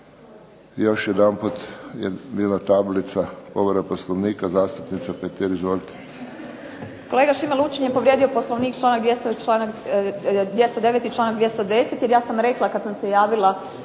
Još jedanput je bila tablica povreda Poslovnika, zastupnica Petir. Izvolite.